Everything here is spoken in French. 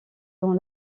dans